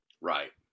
right